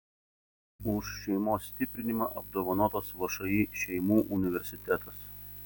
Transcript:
už šeimos stiprinimą apdovanotas všį šeimų universitetas